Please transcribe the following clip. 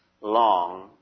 long